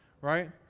right